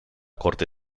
corte